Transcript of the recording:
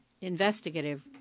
investigative